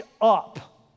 up